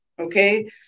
okay